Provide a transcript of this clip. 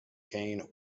cane